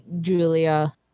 Julia